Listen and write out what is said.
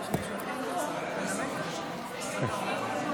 אדוני היושב-ראש,